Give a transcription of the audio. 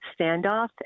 standoff